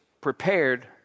prepared